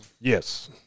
Yes